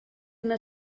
yna